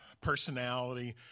personality